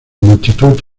multitud